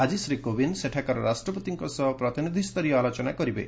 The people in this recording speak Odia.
ଆଜି ଶ୍ରୀ କୋବିନ୍ଦ ସେଠାକାର ରାଷ୍ଟ୍ରପତିଙ୍କ ସହ ପ୍ରତିନିଧି ସ୍ତରୀୟ ଆଲୋଚନା କରିବେ